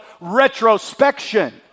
retrospection